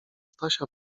stasia